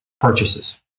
purchases